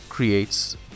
creates